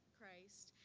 Christ